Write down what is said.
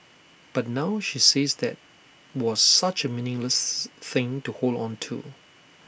but now she says that was such A meaningless thing to hold on to